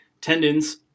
Tendons